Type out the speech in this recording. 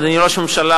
אדוני ראש הממשלה,